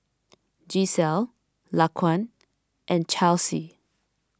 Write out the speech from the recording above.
Gisselle Laquan and Chelsea